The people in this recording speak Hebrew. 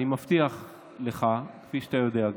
אני מבטיח לך, כפי שאתה גם יודע.